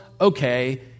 okay